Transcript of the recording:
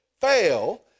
fail